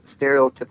stereotypical